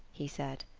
he said.